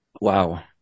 wow